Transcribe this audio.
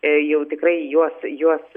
jau tikrai juos juos